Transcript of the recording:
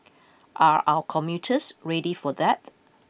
are our commuters ready for that